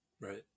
right